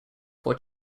for